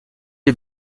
est